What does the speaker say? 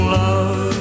love